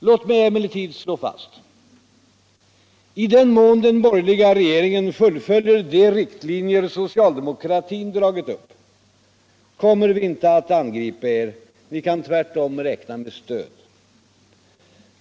Låt mig emellertid slå fast: I den mån den borgerliga regeringen fullföljer de riktlinjer socialdemokratin dragit upp kommer vi inte att angripa er, ni kan tvärtom räkna med stöd.